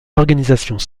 organisations